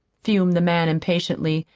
fumed the man impatiently,